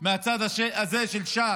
מהצד של ש"ס,